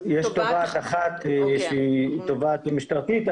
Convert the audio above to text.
יש תובעת אחת שהיא תובעת משטרתית,